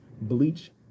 bleach